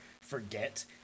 forget